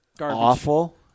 awful